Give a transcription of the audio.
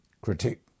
critique